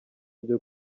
byo